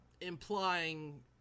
Implying